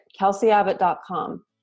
KelseyAbbott.com